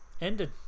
Ended